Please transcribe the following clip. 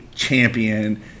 champion